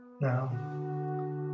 Now